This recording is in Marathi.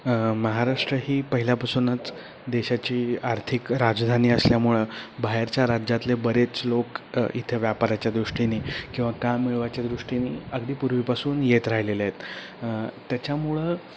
महाराष्ट्र ही पहिल्यापासूनच देशाची आर्थिक राजधानी असल्यामुळं बाहेरच्या राज्यातले बरेच लोक इथे व्यापाराच्या दृष्टीने किंवा काम मिळवायच्या दृष्टीने अगदी पूर्वीपासून येत राहिलेले आहेत त्याच्यामुळं